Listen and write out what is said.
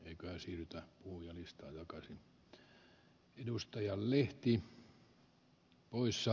ei kai teillä niitä on